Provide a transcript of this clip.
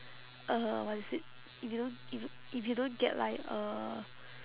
uh what is it if you don't if y~ if you don't get like a